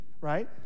right